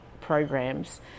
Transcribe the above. programs